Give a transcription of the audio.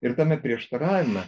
ir tame prieštaravime